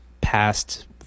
past